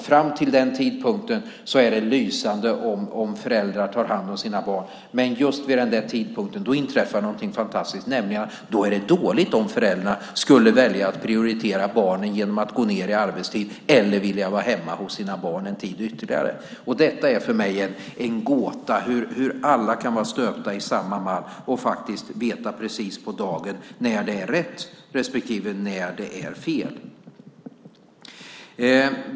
Fram till den tidpunkten är det lysande om föräldrar tar hand om sina barn. Men just vid en speciell tidpunkt inträffar alltså någonting fantastiskt. Då är det nämligen dåligt om föräldrarna skulle välja att prioritera barnen genom att gå ned i arbetstid eller vilja vara hemma ytterligare en tid med sina barn. Det är för mig en gåta hur alla kan vara stöpta efter samma mall och hur man precis på dagen kan veta när det är rätt respektive när det är fel.